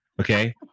Okay